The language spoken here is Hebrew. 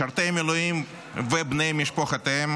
משרתי מילואים ובני משפחותיהם